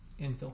infill